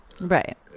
Right